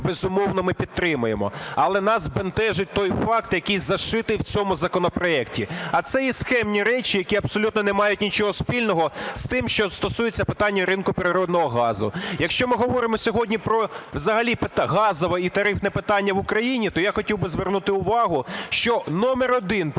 безумовно, ми підтримаємо. Але нас бентежить той факт, який "зашитий" в цьому законопроекті. А це є схемні речі, які абсолютно не мають нічого спільного з тим, що стосується питання ринку природного ринку газу. Якщо ми говоримо сьогодні про взагалі газове і тарифне питання в Україні, то я хотів би звернути увагу, що номер один